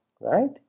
right